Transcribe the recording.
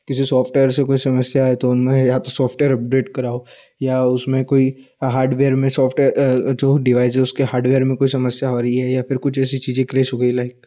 किसी सॉफ्टवेयर से कोई समस्या है तो उनमें या तो सॉफ्टवेयर अपडेट कराओ या उसमें कोई हार्डवेयर में सॉफ्टवेयर जो डिवाइस है उसके हार्डवेयर में कोई समस्या आ रही है या फिर कुछ ऐसी चीज़ें क्रेस हो गई हैं लाइक